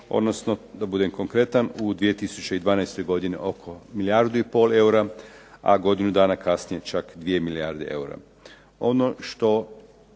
odnosno da budem konkretan u 2012. godini oko milijardu i pol eura, a godinu dana kasnije čak 2 milijarde eura.